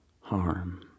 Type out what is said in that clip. harm